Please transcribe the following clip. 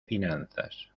finanzas